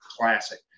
classic